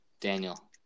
Daniel